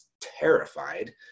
terrified